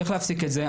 צריך להפסיק את זה.